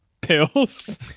pills